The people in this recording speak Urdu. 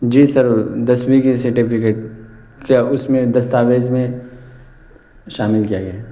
جی سر دسویں کی سرٹیفکیٹ کیا اس میں دستاویز میں شامل کیا گیا